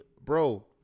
bro